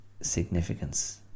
significance